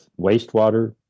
wastewater